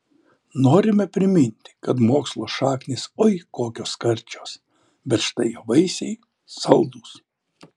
norime priminti kad mokslo šaknys oi kokios karčios bet štai jo vaisiai saldūs